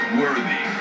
worthy